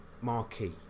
marquee